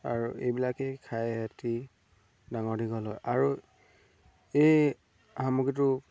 আৰু এইবিলাকেই খাই সিহঁতি ডাঙৰ দীঘল হয় আৰু এই সামগ্ৰীটো